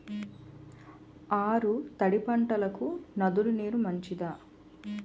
ఆరు తడి పంటలకు నదుల నీరు మంచిదా?